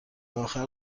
آخر